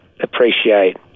appreciate